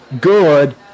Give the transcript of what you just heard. good